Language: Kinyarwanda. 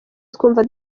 twumva